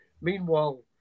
Meanwhile